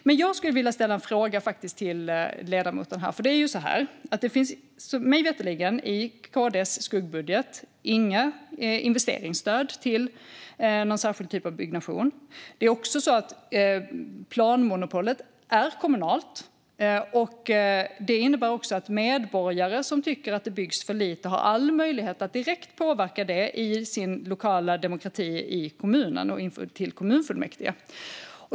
Jag skulle faktiskt vilja ställa en fråga till ledamoten. Det finns mig veterligen i Kristdemokraternas skuggbudget inga investeringsstöd till någon särskilt typ av byggnation. Det är också så att planmonopolet är kommunalt, vilket innebär att medborgare som tycker att det byggs för lite har all möjlighet att direkt påverka det i sin lokala demokrati i kommunen, till kommunfullmäktige.